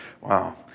Wow